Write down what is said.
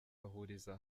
bahuriza